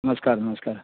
नमस्कार नमस्कार